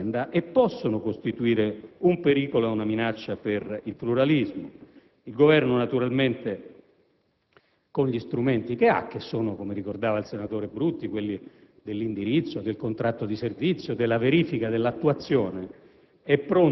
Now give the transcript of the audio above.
l'Azienda e possono costituire un pericolo e una minaccia per il pluralismo. Il Governo, con gli strumenti a sua disposizione, che sono ‑ come ricordava il senatore Paolo Brutti ‑ quelli dell'indirizzo, del contratto di servizio, della verifica dell'attuazione,